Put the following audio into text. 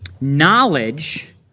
knowledge